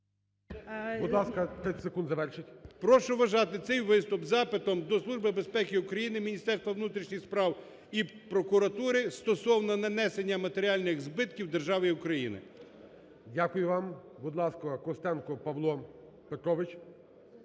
Будь ласка, 30 секунд завершити. ШУРМА І.М. Прошу вважати цей виступ запитом до Служби безпеки України, Міністерства внутрішніх справ і прокуратури стосовно нанесення матеріальних збитків державі України. ГОЛОВУЮЧИЙ. Дякую вам. Будь ласка, Костенко Павло Петрович